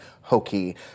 hokey